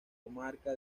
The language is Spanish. comarca